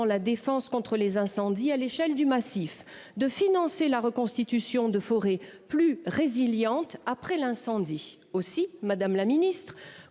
la défense contre les incendies, à l'échelle du massif de financer la reconstitution de forêt plus résiliente après l'incendie aussi Madame la Ministre